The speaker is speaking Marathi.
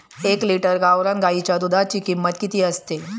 एक लिटर गावरान गाईच्या दुधाची किंमत किती असते?